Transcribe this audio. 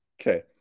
Okay